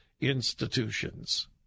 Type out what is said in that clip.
institutions